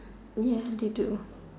ya they do